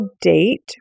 date